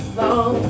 long